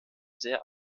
sehr